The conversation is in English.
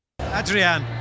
adrian